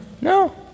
No